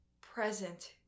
present